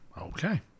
Okay